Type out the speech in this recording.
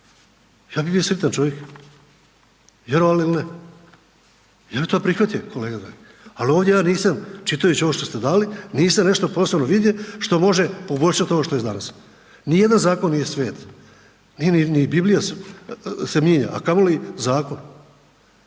ja bi bio sritan čovik, vjerovali ili ne, ja bi to prihvatio kolega …/Govornik se ne razumije/…al ovdje ja nisam, čitajući ovo što ste dali, nisam nešto posebno vidio što može poboljšat …/Govornik se ne razumije/…danas, nijedan zakon nije svet, nije ni Biblija se mijenja, a kamoli zakon.